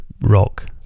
Rock